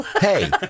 Hey